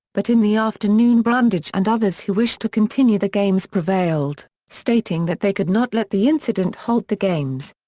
but in the afternoon brundage and others who wished to continue the games prevailed, stating that they could not let the incident halt the games.